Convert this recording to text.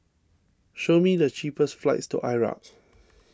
show me the cheapest flights to Iraq